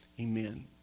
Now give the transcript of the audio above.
Amen